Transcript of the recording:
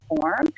form